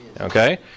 Okay